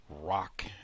rock